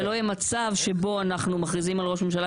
שלא יהיה מצב שבו אנחנו מכריזים על ראש ממשלה